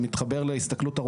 אני מתחבר להסתכלות.